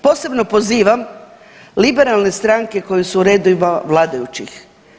Posebno pozivam liberalne stranke koje su u redovima vladajućih.